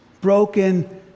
broken